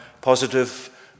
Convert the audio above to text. positive